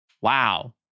wow